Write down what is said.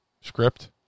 script